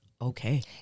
okay